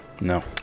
No